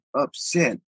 upset